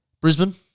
Brisbane